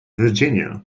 virginia